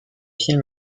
film